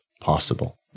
possible